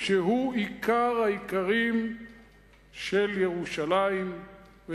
שהוא עיקר העיקרים של ירושלים,